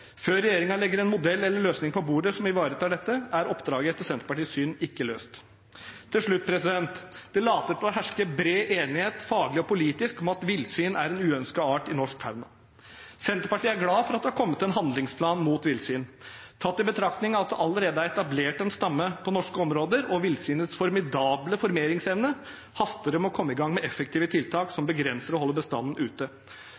Før regjeringen legger en modell eller løsning på bordet som ivaretar dette, er oppdraget etter Senterpartiets syn ikke løst. Til slutt: Det later til å herske bred enighet faglig og politisk om at villsvin er en uønsket art i norsk fauna. Senterpartiet er glad for at det har kommet en handlingsplan mot villsvin. Tatt i betraktning at det allerede er en etablert stamme på norske områder. samt villsvinets formidable formeringsevne, haster det med å komme i gang med effektive tiltak